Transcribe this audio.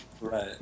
Right